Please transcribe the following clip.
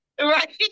Right